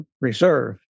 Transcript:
Reserve